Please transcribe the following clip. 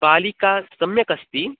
बालिका सम्यक् अस्ति